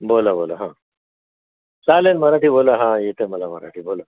बोला बोला हां चालेल मराठी बोला हां येतं मला मराठी बोला